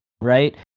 right